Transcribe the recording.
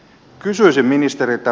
kysyisin ministeriltä